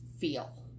feel